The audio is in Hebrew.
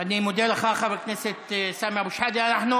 אני מודה לך, חבר הכנסת סמי אבו שחאדה.